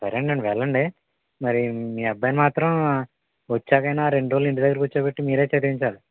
సరేనండి వెళ్ళండి మరి మీ అబ్బాయి మాత్రం వచ్చాకయినా రెండు రోజులు ఇంటి దగ్గర కూర్చోబెట్టి మీరే చదివించాలి